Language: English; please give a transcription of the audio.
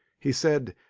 he said,